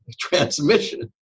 transmission